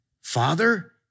Father